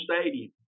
stadium